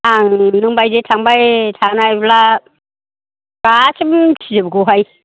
आं नोंबायदि थांबाय थानायब्ला गासैबो मिनथिजोबगौहाय